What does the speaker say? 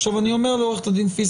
עכשיו, אני אומר לעו"ד פיסמן,